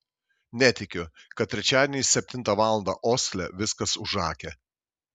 netikiu kad trečiadieniais septintą valandą osle viskas užakę